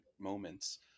moments